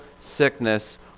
sickness